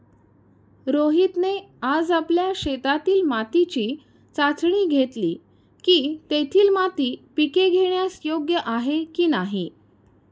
रोहितने आज आपल्या शेतातील मातीची चाचणी घेतली की, तेथील माती पिके घेण्यास योग्य आहे की नाही